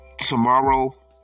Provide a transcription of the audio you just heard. tomorrow